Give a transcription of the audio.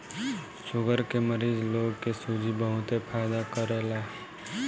sugar के मरीज लोग के सूजी बहुते फायदा करेला